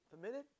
permitted